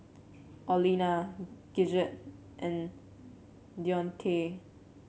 Olena Gidget and Deontae